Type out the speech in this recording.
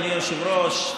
אדוני היושב-ראש,